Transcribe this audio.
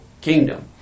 kingdom